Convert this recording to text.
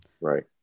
Right